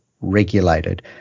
regulated